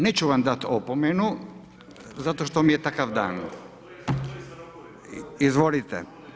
Neću vam dati opomenu zato što mi je takav dan. ... [[Upadica: ne čuje se.]] Izvolite.